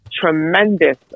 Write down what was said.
tremendous